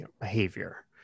behavior